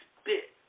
spit